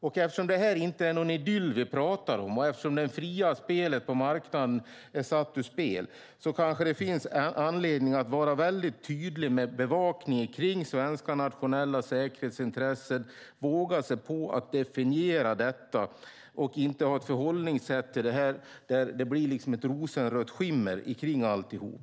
Och eftersom det inte är någon idyll och eftersom den fria konkurrensen är satt ur spel finns det kanske anledning att vara tydlig med bevakning av det svenska nationella säkerhetsintresset och våga sig på att definiera detta och inte ha ett förhållningssätt till det som omgärdas av ett rosenrött skimmer.